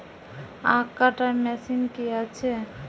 আখ কাটা মেশিন কি আছে?